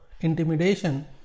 intimidation